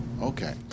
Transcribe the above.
okay